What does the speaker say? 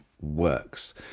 works